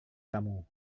kamu